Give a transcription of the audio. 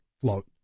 float